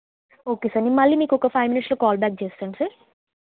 okay sir నేను మళ్ళీ మీకు ఒక ఫైవ్ మినిట్స్లో కాల్ బ్యాక్ చేస్తాను సార్